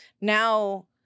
now